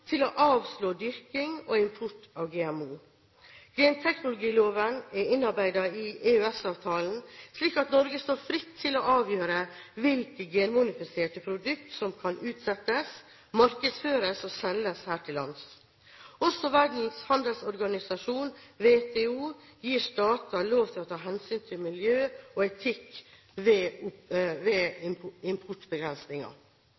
til å avslå dyrking og import av GMO. Genteknologiloven er innarbeidet i EØS-avtalen, slik at Norge står fritt til å avgjøre hvilke genmodifiserte produkt som kan utsettes, markedsføres og selges her til lands. Også Verdens handelsorganisasjon, WTO, gir stater lov til å ta hensyn til miljø og etikk ved